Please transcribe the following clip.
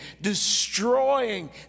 destroying